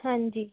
हाँ जी